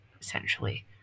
Essentially